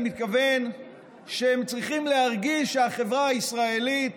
אני מתכוון שהם צריכים להרגיש שהחברה הישראלית